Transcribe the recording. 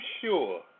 sure